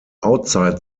outside